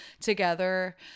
together